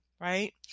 right